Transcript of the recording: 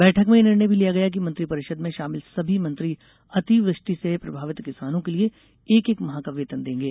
बैठक में यह निर्णय भी लिया गया कि मंत्री परिषद में शामिल सभी मंत्री अतिवृष्टि से प्रभावित किसानों के लिए एक एक माह का वेतन देंगे